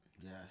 Yes